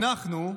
אנחנו,